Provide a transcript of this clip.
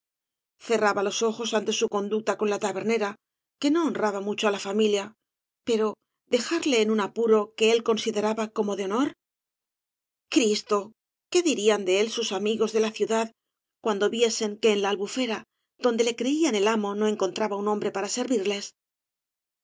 cerraba los ojos ante su conducta con la tabernera que no honraba mucho á la familia pero dejarle en un apuro que él consideraba como de honor cristo qué dirían de él sus amigos de la ciudad cuando viesen que en la albufera donde le creían el amo no encontraba un hombre para servirles